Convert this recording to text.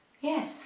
Yes